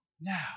now